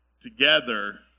together